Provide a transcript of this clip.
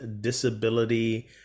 disability